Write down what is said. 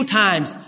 times